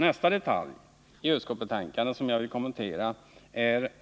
Nästa detalj i utskottsbetänkandet som jag vill kommentera gäller